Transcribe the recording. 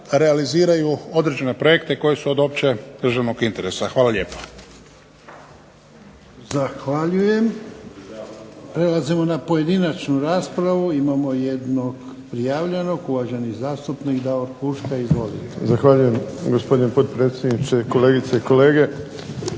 realiziraju određene projekte koji su od općeg državnog interesa. Hvala lijepo. **Jarnjak, Ivan (HDZ)** Zahvaljujem. Prelazimo na pojedinačnu raspravu. Imamo jednog prijavljenog. Uvaženi zastupnik Davor Huška, izvolite. **Huška, Davor (HDZ)** Zahvaljujem gospodine potpredsjedniče, kolegice i kolege.